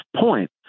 point